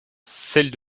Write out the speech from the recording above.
celles